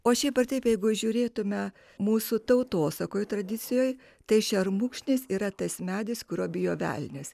o šiaip ar taip jeigu žiūrėtume mūsų tautosakoj tradicijoj tai šermukšnis yra tas medis kurio bijo velnias